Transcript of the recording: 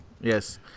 Yes